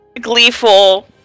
gleeful